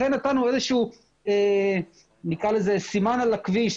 לכן נתנו איזשהו סימן על הכביש,